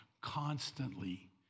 constantly